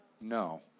No